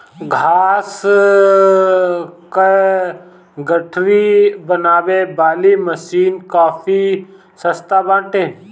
घास कअ गठरी बनावे वाली मशीन काफी सस्ता बाटे